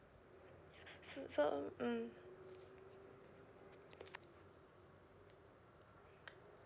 s~ so mm